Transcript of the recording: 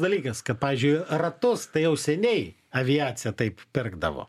dalykas kad pavyzdžiui ratus tai jau seniai aviacija taip pirkdavo